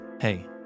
Hey